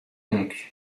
donc